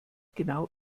genau